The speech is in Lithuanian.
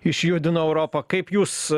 išjudino europą kaip jūs